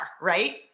right